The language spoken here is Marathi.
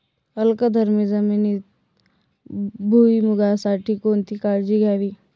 अल्कधर्मी जमिनीत भुईमूगासाठी कोणती काळजी घ्यावी?